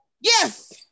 Yes